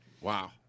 Wow